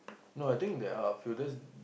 no I think there are a few just